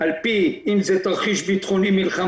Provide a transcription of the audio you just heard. על פי אם זה תרחיש ביטחוני-מלחמה,